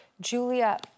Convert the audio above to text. Julia